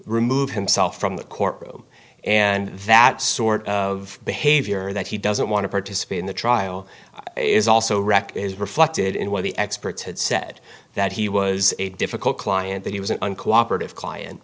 remove himself from the courtroom and that sort of behavior that he doesn't want to participate in the trial is also wreckage is reflected in what the experts had said that he was a difficult client that he was an uncooperative client